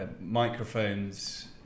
microphones